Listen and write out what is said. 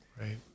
Right